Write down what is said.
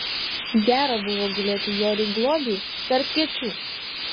gera buvo gulėti joriui globiui tarp kiečių